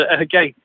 Again